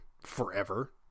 forever